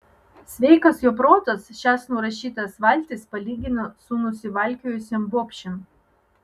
sveikas jo protas šias nurašytas valtis palygino su nusivalkiojusiom bobšėm